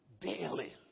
daily